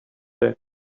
that